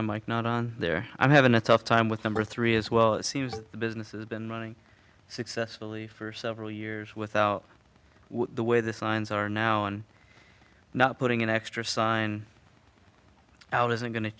mike not on there i'm having a tough time with number three as well it seems the business is been running successfully for several years without the way the signs are now and not putting in extra sign out isn't going to